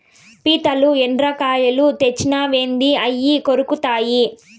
పీతలు, ఎండ్రకాయలు తెచ్చినావేంది అయ్యి కొరుకుతాయి